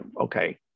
okay